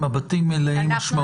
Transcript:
מבטים מלאי משמעות